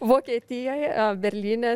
vokietijoje berlyne